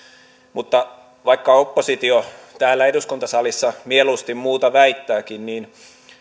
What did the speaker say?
mutta vaikka oppositio täällä eduskuntasalissa mieluusti muuta väittääkin niin